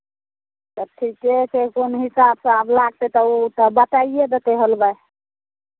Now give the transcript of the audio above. तऽ ठीके छै कोन हिसाबसँ आब लागतै तऽ ओ तऽ बताइए देतै हलवाइ